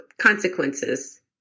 consequences